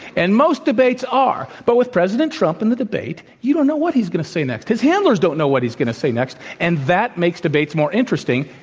and most debates are. but with president trump in the debate, you don't know what he's going to say next. his handlers don't know what he's going to say next. and that makes debates more interesting,